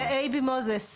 הקואליציה